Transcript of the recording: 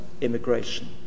immigration